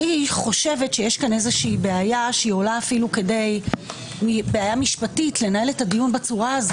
אני חושבת שיש פה בעיה אפילו משפטית לנהל את הדיון כך.